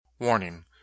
Warning